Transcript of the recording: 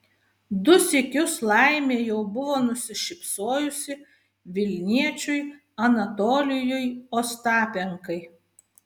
du sykius laimė jau buvo nusišypsojusi vilniečiui anatolijui ostapenkai